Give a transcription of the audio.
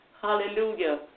hallelujah